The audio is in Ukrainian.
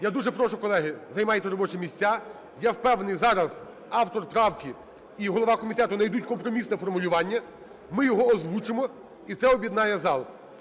Я дуже прошу, колеги, займайте робочі місця. Я впевнений, зараз автор правки і голова комітету найдуть компромісне формулювання, ми його озвучимо і це об'єднає зал.